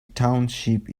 township